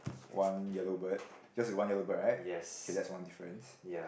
one yellow bird yours is one yellow bird right okay that's one difference